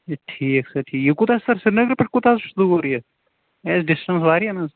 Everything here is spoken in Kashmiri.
اچھا ٹھیٖک سَر ٹھیٖک یہِ کوتاہ چھُ سَر سرینگرٕ پیٹھ کوٗتاہ حظ چھُ دوٗر یہِ یہِ آسہِ ڈِسٹَنٕس واریاہ نا